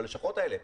בלשכות האלה.